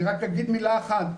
אני רק אגיד מילה אחת,